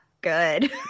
good